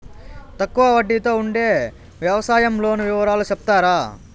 తక్కువ వడ్డీ తో ఉండే వ్యవసాయం లోను వివరాలు సెప్తారా?